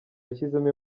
yashyizemo